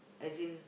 as in